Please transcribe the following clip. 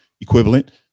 equivalent